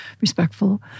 respectful